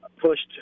pushed